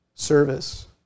Service